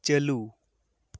ᱪᱟᱹᱞᱩ